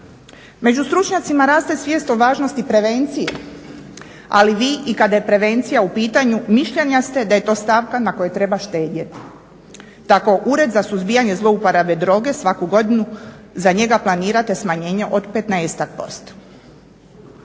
Među stručnjacima raste svijest o važnosti prevencije, ali vi i kada je prevencija u pitanju mišljenja ste da je to stavka na kojoj treba štedjeti. Tako Ured za suzbijanje zlouporabe droge svaku godinu za njega planirate smanjenje od 15-tak